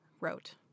wrote